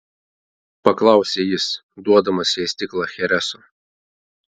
paklausė jis duodamas jai stiklą chereso